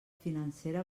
financera